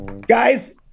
Guys